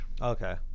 Okay